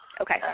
Okay